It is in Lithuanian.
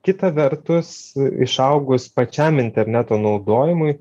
kita vertus išaugus pačiam interneto naudojimui